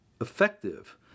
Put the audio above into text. effective